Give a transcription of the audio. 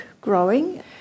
growing